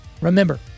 remember